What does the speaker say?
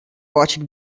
watching